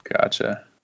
Gotcha